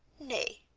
nay,